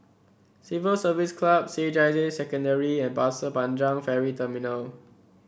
Civil Service Club C H I J Secondary and Pasir Panjang Ferry Terminal